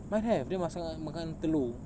mine have then nak sangat makan telur